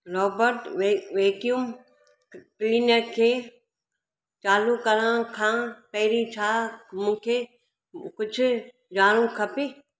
robot vacuum cleaner खे चालू करण खां पहिरीं छा मूंखे कुझु ॼाणु खपे